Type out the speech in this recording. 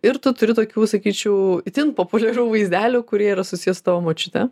ir tu turi tokių sakyčiau itin populiarių vaizdelių kurie yra susiję su tavo močiute